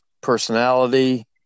personality